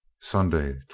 Sunday